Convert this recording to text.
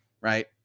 right